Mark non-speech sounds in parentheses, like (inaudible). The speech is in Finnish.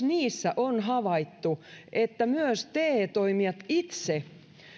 (unintelligible) niissä on havaittu että myös te toimijat itse